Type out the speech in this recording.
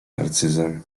narcyzem